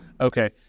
Okay